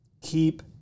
keep